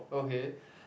okay